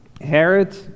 Herod